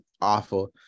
awful